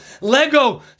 Lego